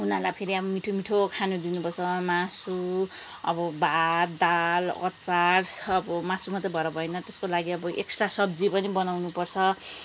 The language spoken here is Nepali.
उनीहरूलाई फेरि अब मिठो मिठो खानु दिनुपर्छ मासु अब भात दाल अचार अब मासु मात्रै भएर भएन अब त्यसको लागि एक्स्ट्रा सब्जी पनि बनाउनुपर्छ